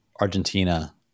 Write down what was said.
Argentina